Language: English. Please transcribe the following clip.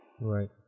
Right